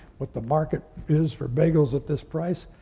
what the market is for bagels at this price.